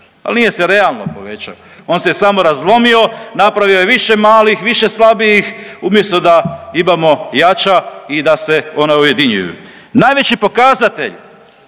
ali nije se realno povećao. On se je samo razlomio, napravio je više malih, više slabijih umjesto da imao jača i da se ona ujedinjuju. Najveći pokazatelj